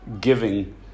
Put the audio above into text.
giving